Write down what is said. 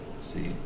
See